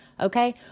okay